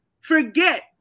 forget